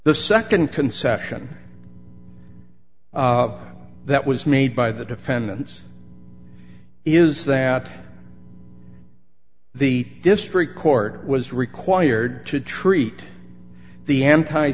the nd concession that was made by the defendants is that the district court was required to treat the anti